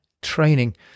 training